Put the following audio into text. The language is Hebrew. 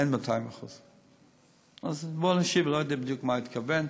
אין 200%. אז אני לא יודע בדיוק למה התכוון.